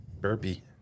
Burpee